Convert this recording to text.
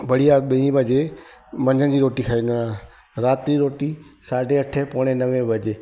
बढ़िया ॿी वजे मंझंदि जी रोटी खाईंदो आहियां राति जी रोटी साढे अठे पौणे नवे बजे